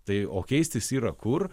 tai o keistis yra kur